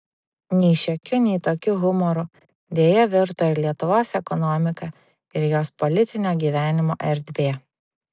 nei šiokiu nei tokiu humoru deja virto ir lietuvos ekonomika ir jos politinio gyvenimo erdvė